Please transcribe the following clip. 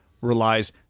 relies